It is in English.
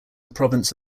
province